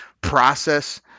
process